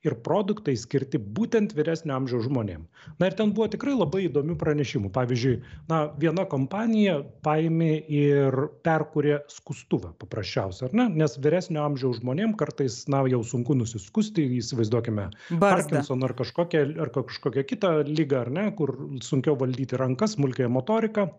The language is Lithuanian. ir produktai skirti būtent vyresnio amžiaus žmonėm na ir ten buvo tikrai labai įdomių pranešimų pavyzdžiui na viena kompanija paėmė ir perkūrė skustuvą paprasčiausia ar ne nes vyresnio amžiaus žmonėm kartais na jau sunku nusiskusti įsivaizduokime parkinsono ar kažkokią ar kažkokią kitą ligą ar ne kur sunkiau valdyti rankas smulkiąją motoriką